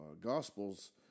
Gospels